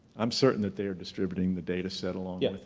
i'm certain that they are distributing the data set along yeah with